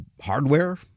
hardware